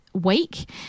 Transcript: Week